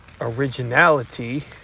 originality